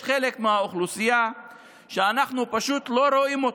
חלק מהאוכלוסייה אנחנו פשוט לא רואים,